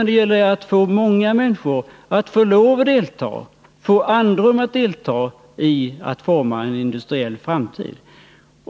Det gäller att ge många människor möjligheter att delta, att ge dem andrum att vara med och forma en industriell framtid.